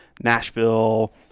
Nashville